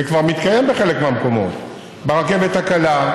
זה כבר מתקיים בחלק מהמקומות, וברכבת הקלה.